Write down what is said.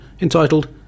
entitled